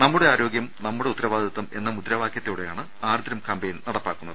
നമ്മുടെ ആരോഗ്യം നമ്മുടെ ഉത്തരവാദിത്വം എന്ന മുദ്രാവാക്യത്തോടെയാണ് ആർദ്രം കാമ്പയിൻ നടപ്പാക്കുന്നത്